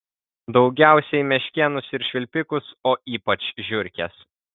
daugiausiai meškėnus ir švilpikus o ypač žiurkes